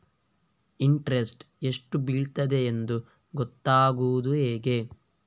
Interest ಎಷ್ಟು ಬೀಳ್ತದೆಯೆಂದು ಗೊತ್ತಾಗೂದು ಹೇಗೆ?